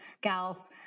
gals